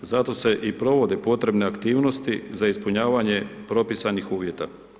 Zato se i provode potrebne aktivnosti za ispunjavanje propisanih uvjeta.